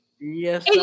Yes